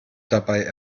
dabei